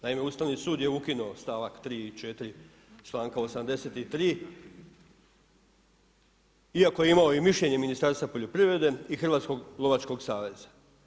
Naime, Ustavni sud je ukinuo stavak 3. i 4. članka 83. iako je imao i mišljenje Ministarstva poljoprivrede i Hrvatskog lovačkog saveza.